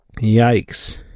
Yikes